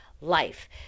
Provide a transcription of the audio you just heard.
life